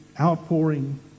outpouring